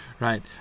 right